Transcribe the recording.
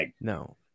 no